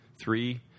Three